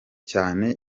cyane